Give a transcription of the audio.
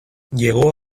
llegó